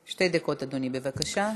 שתי דקות, אדוני, בבקשה.